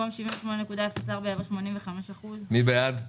במקום 78.04 יבוא 85%. מי בעד?